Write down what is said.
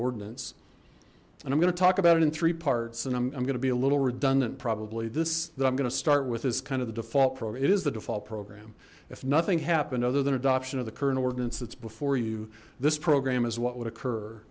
ordinance and i'm going to talk about it in three parts and i'm going to be a little redundant probably this that i'm going to start with is kind of the default probe it is the default program if nothing happened other than adoption of the current ordinance that's before you program is what would occur